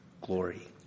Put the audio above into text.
glory